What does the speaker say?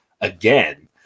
again